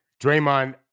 Draymond